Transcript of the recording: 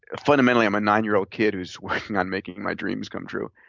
fundamentally i'm a nine year old kid who's working on making my dreams come true.